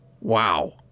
Wow